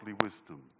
wisdom